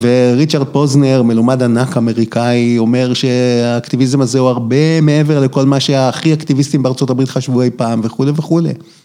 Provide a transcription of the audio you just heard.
וריצ'רט פוזנר, מלומד ענק אמריקאי, אומר שהאקטיביזם הזה הוא הרבה מעבר לכל מה שהכי אקטיביסטים בארה״ב חשבו אי פעם וכולי וכולי.